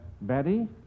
Betty